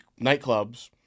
nightclubs